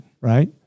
right